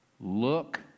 look